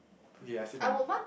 okay I say mine